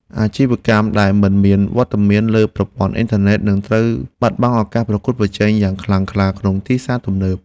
អាជីវកម្មដែលមិនមានវត្តមានលើប្រព័ន្ធអ៊ីនធឺណិតនឹងត្រូវបាត់បង់ឱកាសប្រកួតប្រជែងយ៉ាងខ្លាំងក្លាក្នុងទីផ្សារទំនើប។